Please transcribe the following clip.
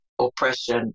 oppression